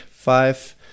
five